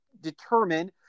determine